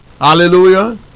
Hallelujah